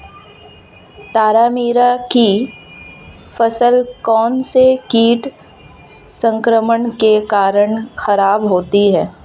तारामीरा की फसल कौनसे कीट संक्रमण के कारण खराब होती है?